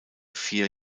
vier